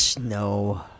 No